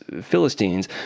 Philistines